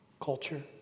Culture